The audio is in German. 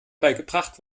beigebracht